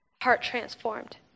heart-transformed